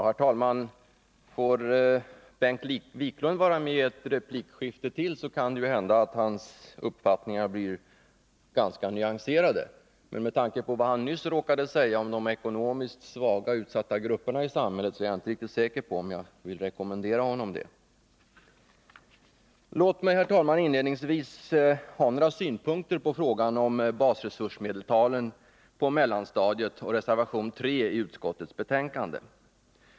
Herr talman! Får Bengt Wiklund vara med vid ytterligare ett replikskifte, kan det ju hända att hans uppfattningar blir ganska nyanserade. Men med tanke på vad han nyss råkade säga om de ekonomiskt svaga grupperna i samhället, är jag inte riktigt säker på att jag vill rekommendera honom ett sådant deltagande. Låt mig, herr talman, inledningsvis anlägga några synpunkter på frågan om basresursmedeltalen på mellanstadiet samt reservation 3 i utskottets betänkande.